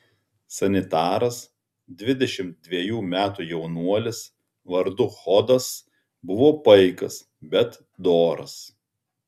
sanitaras dvidešimt dvejų metų jaunuolis vardu hodas buvo paikas bet doras